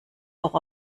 auch